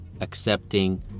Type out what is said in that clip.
accepting